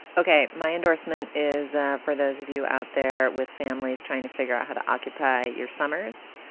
ok, my endorsement is for those of you out there with families trying to figure out how to occupy your summers,